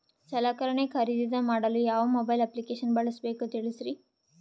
ಸಲಕರಣೆ ಖರದಿದ ಮಾಡಲು ಯಾವ ಮೊಬೈಲ್ ಅಪ್ಲಿಕೇಶನ್ ಬಳಸಬೇಕ ತಿಲ್ಸರಿ?